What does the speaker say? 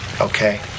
okay